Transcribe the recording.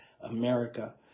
america